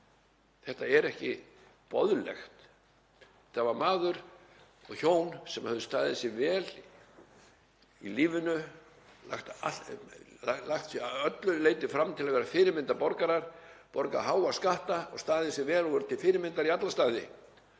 Þetta er ekki boðlegt. Þetta voru hjón sem höfðu staðið sig vel í lífinu, lagt sig að öllu leyti fram til að vera fyrirmyndarborgarar, borgað háa skatta og staðið sig vel og verið til fyrirmyndar í alla staði